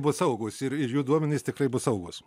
bus saugūs ir ir jų duomenys tikrai bus saugūs